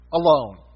alone